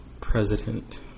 president